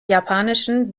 japanischen